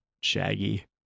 Shaggy